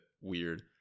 weird